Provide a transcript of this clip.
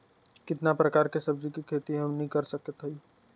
कितना प्रकार के सब्जी के खेती हमनी कर सकत हई?